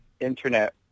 internet